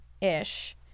ish